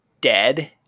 dead